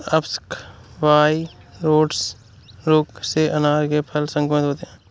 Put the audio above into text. अप्सकवाइरोइड्स रोग से अनार के फल संक्रमित होते हैं